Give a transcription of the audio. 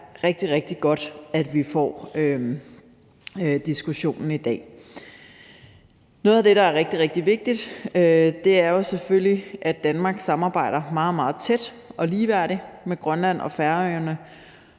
rigtig, rigtig godt, at vi får diskussionen i dag. Noget af det, der er rigtig, rigtig vigtigt, er selvfølgelig, at Danmark samarbejder meget, meget tæt og ligeværdigt med Grønland og Færøerne